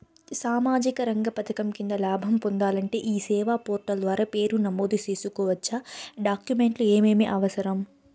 సామాజిక రంగ పథకం కింద లాభం పొందాలంటే ఈ సేవా పోర్టల్ ద్వారా పేరు నమోదు సేసుకోవచ్చా? డాక్యుమెంట్లు ఏమేమి అవసరం?